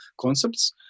concepts